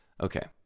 Okay